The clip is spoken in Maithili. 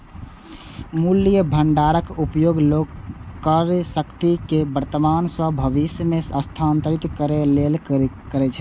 मूल्य भंडारक उपयोग लोग क्रयशक्ति कें वर्तमान सं भविष्य मे स्थानांतरित करै लेल करै छै